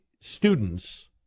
students